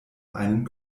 einen